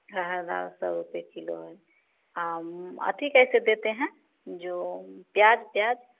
हाँ हाँ दाल सौ रुपये किलो है हाँ अथी कैसे देते हैं जो प्याज प्याज